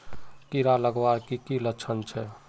कीड़ा लगवार की की लक्षण छे?